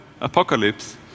apocalypse